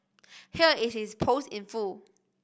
here is his post in full